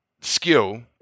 skill